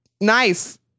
nice